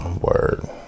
Word